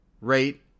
rate